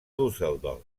düsseldorf